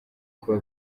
kuba